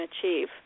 achieve